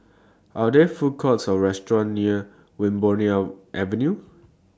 Are There Food Courts Or restaurants near Wilmonar Avenue